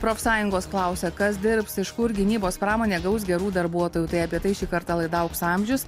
profsąjungos klausia kas dirbs iš kur gynybos pramonė gaus gerų darbuotojų tai apie tai šį kartą laida aukso amžius